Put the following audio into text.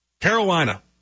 Carolina